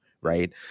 right